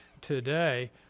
today